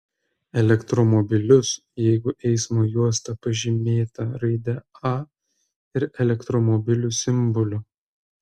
elektromobilius jeigu eismo juosta pažymėta raide a ir elektromobilių simboliu